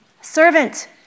servant